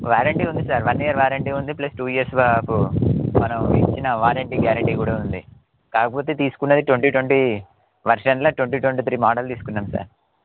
warranty ఉంది sir one year warranty ఉంది plus two years వరకూ మనం ఇచ్చిన వారంటీ గ్యారంటీ కూడా ఉంది కాకపోతే తీసుకున్నది ట్వంటీ ట్వంటీ వర్షన్ల ట్వంటీ ట్వంటీ త్రీ మోడల్ తీసుకున్నాం సార్